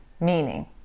Meaning